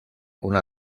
una